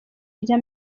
rya